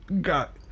got